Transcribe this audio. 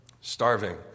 starving